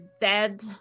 dead